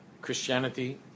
Christianity